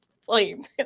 flames